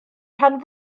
rhan